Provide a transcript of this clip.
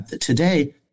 today